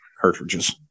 cartridges